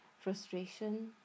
frustration